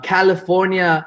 California